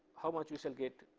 how much we shall get?